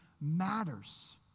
matters